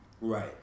Right